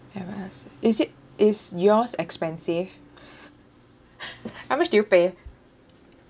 have I s~ it is is yours expensive how much do you pay